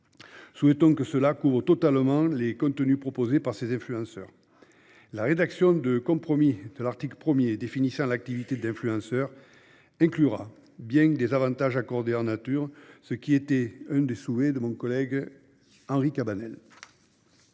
Souhaitons que cela couvre totalement les contenus proposés par ces influenceurs. La rédaction de compromis de l'article 1, qui définit l'activité d'influenceur, inclura bien les avantages accordés en nature ; c'était l'un des souhaits de mon collègue Henri Cabanel.